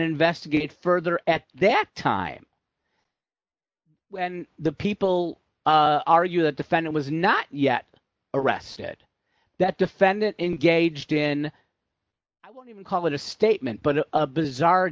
investigate further at that time when the people argue the defendant was not yet arrested that defendant engaged in i won't even call it a statement but a bizarre